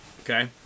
Okay